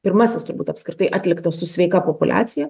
pirmasis turbūt apskritai atliktas su sveika populiacija